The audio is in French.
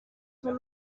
ton